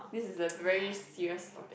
this is the very serious topic